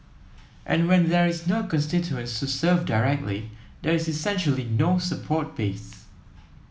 and when there is no constituents to serve directly there is essentially no support base